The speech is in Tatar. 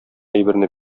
әйберне